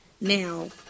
Now